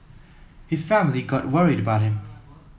his family got worried about him